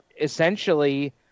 essentially